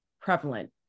prevalent